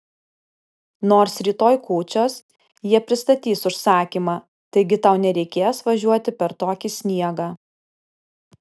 nors rytoj kūčios jie pristatys užsakymą taigi tau nereikės važiuoti per tokį sniegą